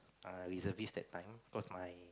uh reservist that time cause my